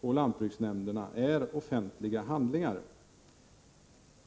på lantbruksnämnderna är offentliga handlingar?